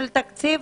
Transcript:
של תקציב?